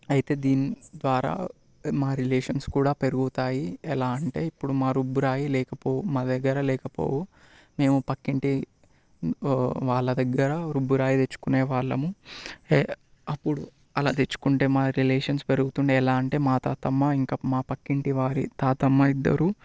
అయితే దీని ద్వారా మా రిలేషన్స్ కూడా పెరుగుతాయి ఎలా అంటే ఇప్పుడు మా రుబ్రాయి లేకపోవు మా దగ్గర లేకపోవు మేము పక్కింటి వాళ్ళ దగ్గర రుబ్బు రాయి తెచ్చుకునే వాళ్ళం అప్పుడు అలా తెచ్చుకుంటే మా రిలేషన్స్ పెరుగుతుండే ఎలా అంటే మా తాతమ్మ ఇంకా మా పక్కింటి వారి తాతమ్మ ఇద్దరు